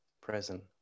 present